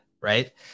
Right